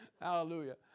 Hallelujah